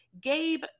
Gabe